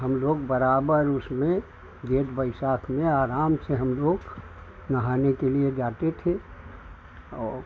हम लोग बराबर उसमें जेठ वैशाख में आराम से हम लोग नहाने के लिए जाते थे और